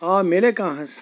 آ مِلیا کانٛہہ حظ